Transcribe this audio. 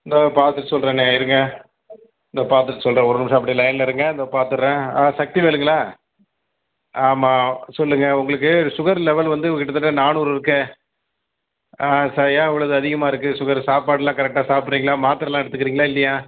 இந்தா பார்த்துட்டு சொல்கிறனே இருங்க இந்தா பார்த்துட்டு சொல்கிறேன் ஒரு நிமிஷம் அப்படியே லைனில் இருங்கள் இதோ பார்த்துட்றேன் ஆ சக்திவேலுங்களா ஆமாம் சொல்லுங்கள் உங்களுக்கு ஷுகரு லெவல் வந்து கிட்டத்தட்ட நானூறுருக்கே சார் ஏன் இவ்வளோ இது அதிகமாக இருக்கு ஷுகரு சாப்பாட்லாம் கரெக்டாக சாப்பிட்றீங்களா மாத்திரைலாம் எடுத்துக்கிறீங்களா இல்லையா